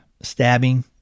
stabbing